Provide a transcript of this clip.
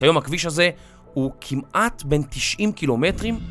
כי היום הכביש הזה הוא כמעט בין 90 קילומטרים.